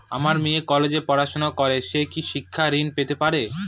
আমার মেয়ে কলেজে পড়াশোনা করে সে কি শিক্ষা ঋণ পেতে পারে?